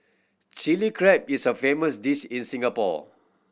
Chilli Crab is a famous dish in Singapore